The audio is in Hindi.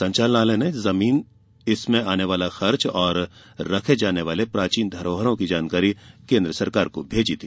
संचनालय ने जमीन इसमें आने वाला खर्च और रखे जाने वाले प्राचीन धरोहरों की जानकारी केंद्र सरकार को भेजी थी